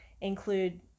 include